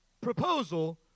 proposal